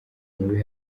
mubi